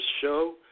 show